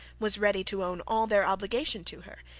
was ready to own all their obligation to her,